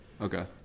Okay